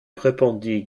répondit